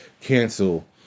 cancel